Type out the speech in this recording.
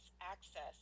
access